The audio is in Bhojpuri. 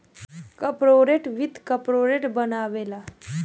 कार्पोरेट वित्त कार्पोरेट लोग बनावेला